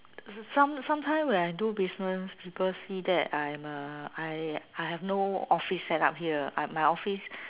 some sometimes when I do business people see that I am a I I have no office set up here I my office